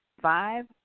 five